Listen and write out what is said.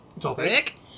Topic